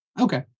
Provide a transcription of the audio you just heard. Okay